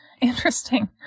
interesting